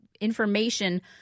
information